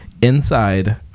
Inside